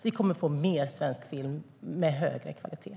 Vi kommer att få mer svensk film med högre kvalitet.